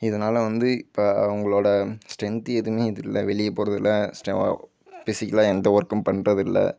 இதனால வந்து இப்போ அவங்களோட ஸ்ரென்த்து எதுவுமே இது இல்லை வெளியே போகிறதில்ல ஸ்டோ ஃபிஷிக்கலாக எந்த ஒர்க்கும் பண்றதில்லை